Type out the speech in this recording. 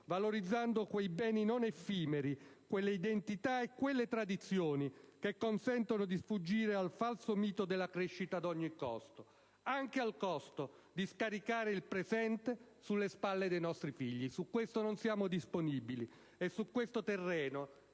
valorizzando quei beni non effimeri, quelle identità e quelle tradizioni che consentono di sfuggire al falso mito della crescita a ogni costo: anche a costo di scaricare il presente sulle spalle dei nostri figli. Su questo terreno chiamiamo la sinistra